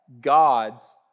God's